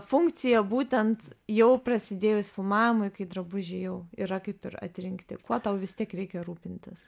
funkcija būtent jau prasidėjus filmavimui kai drabužiai jau yra kaip ir atrinkti kuo tau vis tiek reikia rūpintis